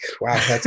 Wow